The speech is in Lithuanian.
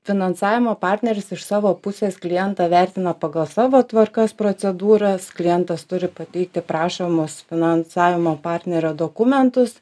finansavimo partneris iš savo pusės klientą vertina pagal savo tvarkas procedūras klientas turi pateikti prašomus finansavimo partnerio dokumentus